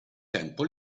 tempo